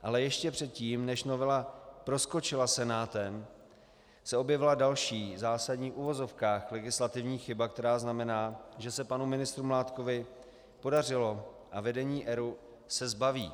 Ale ještě předtím, než novela proskočila Senátem, se objevila další zásadní v uvozovkách legislativní chyba, která znamená, že se panu ministru Mládkovi podařilo a vedení ERÚ se zbaví.